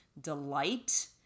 delight